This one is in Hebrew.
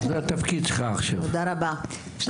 תודה רבה.